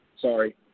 sorry